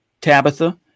Tabitha